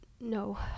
No